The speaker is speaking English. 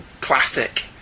classic